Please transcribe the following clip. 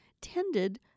tended